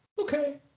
Okay